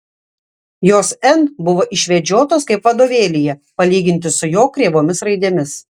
jos n buvo išvedžiotos kaip vadovėlyje palyginti su jo kreivomis raidėmis